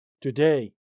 Today